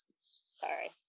sorry